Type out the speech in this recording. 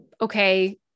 okay